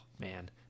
man